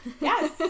Yes